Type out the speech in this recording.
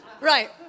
Right